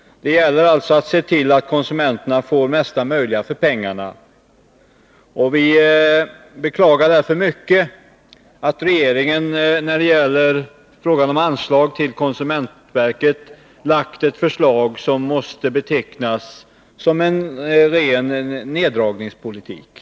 Det gäller alltså att se till att konsumenterna får det mesta möjliga för pengarna. Vi beklagar därför mycket att regeringen i fråga om anslag till konsument verket framlagt ett förslag som måste betecknas som en ren neddragnings politik.